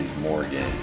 Morgan